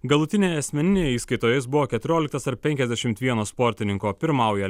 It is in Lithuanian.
galutinėje asmeninėje įskaitoje jis buvo keturioliktas tarp penkiasdešimt vieno sportininko pirmauja